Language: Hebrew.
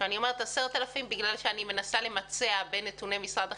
אני מנסה למצע בין נתוני משרד החינוך,